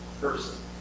person